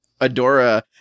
Adora